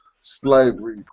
slavery